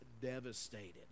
devastated